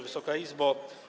Wysoka Izbo!